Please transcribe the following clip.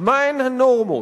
מהן הנורמות,